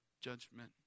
judgment